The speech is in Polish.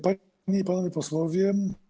Panie i Panowie Posłowie!